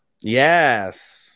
Yes